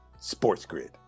SportsGrid